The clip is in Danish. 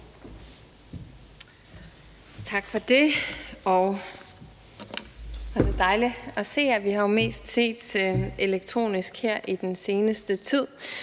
Tak for det, og dejligt at se jer. Vi har jo mest set hinanden elektronisk her i den seneste tid.